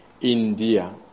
India